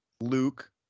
Luke